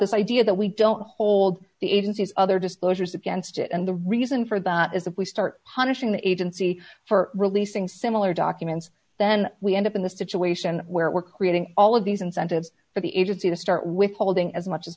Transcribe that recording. this idea that we don't hold the agencies other disclosures against it and the reason for that is that we start hunnish ing the agency for releasing similar documents then we end up in the situation where we're creating all of these incentives for the agency to start with holding as much as